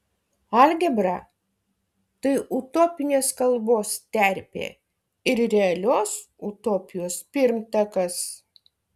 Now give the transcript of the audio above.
algebra tai utopinės kalbos terpė ir realios utopijos pirmtakas